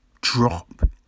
drop